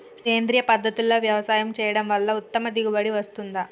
సేంద్రీయ పద్ధతుల్లో వ్యవసాయం చేయడం వల్ల ఉత్తమ దిగుబడి వస్తుందా?